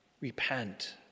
Repent